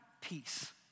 peace